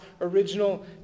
original